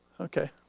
Okay